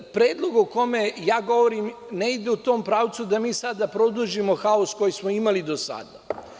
Predlog o kome ja govorim ne ide u tom pravcu da mi sada produžimo haos koji smo imali do sada.